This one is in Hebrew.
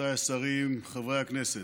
רבותיי השרים, חברי הכנסת,